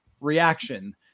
reaction